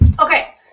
Okay